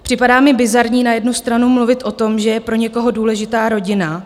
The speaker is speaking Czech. Připadá mi bizarní na jednu stranu mluvit o tom, že je pro někoho důležitá rodina.